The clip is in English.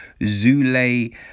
Zule